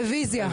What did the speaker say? רוויזיה.